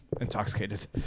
intoxicated